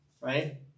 right